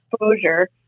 exposure